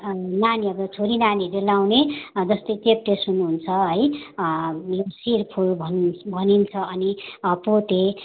नानीहरू छोरी नानीहरूले लाउने जस्तै चाहिँ चेप्टे सुन हुन्छ है शिरफुल भन् भनिन्छ अनि पोते